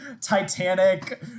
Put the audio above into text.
titanic